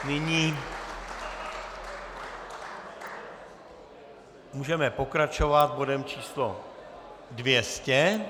Nyní můžeme pokračovat bodem číslo 200.